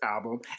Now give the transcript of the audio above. album